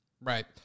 Right